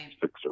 six